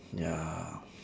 ya